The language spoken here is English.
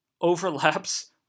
overlaps